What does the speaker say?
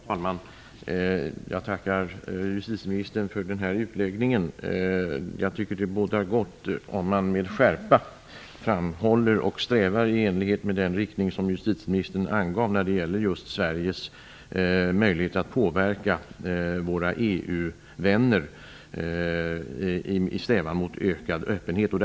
Fru talman! Jag tackar justitieministern för det här tilläget. Jag tycker att det bådar gott om man med skärpa framhåller detta och strävar efter att, i enlighet med den inriktning som justitieministern angav när det gäller Sveriges möjlighet att påverka våra EU vänner, öka öppenheten.